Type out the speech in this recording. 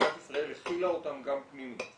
שמדינת ישראל החילה אותם גם פנים.